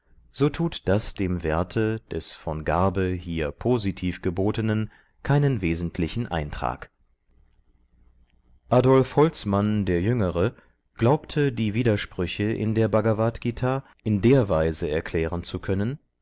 so tut das dem werte des von garbe hier positiv gebotenen keinen wesentlichen eintrag adolf holtzmann der jüngere glaubte die widersprüche in der bhagavadgt in der weise erklären zu können